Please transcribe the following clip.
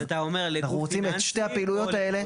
אז אתה אומר לגוף פיננסי --- אנחנו רוצים את שתי הפעילויות האלה.